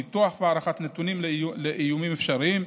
ניתוח והערכת נתונים על איומים אפשריים,